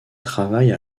travaille